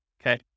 okay